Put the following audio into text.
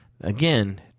Again